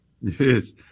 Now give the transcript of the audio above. Yes